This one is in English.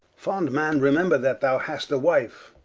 fond man, remember that thou hast a wife,